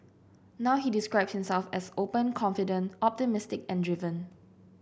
now he describes himself as open confident optimistic and driven